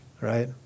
Right